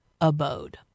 abode